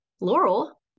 Laurel